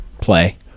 play